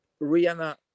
Rihanna